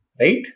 Right